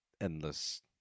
endless